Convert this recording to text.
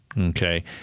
Okay